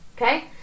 okay